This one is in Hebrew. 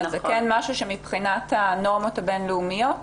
זה כן משהו שנחשב לחלק מהנורמות הבין לאומיות,